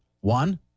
One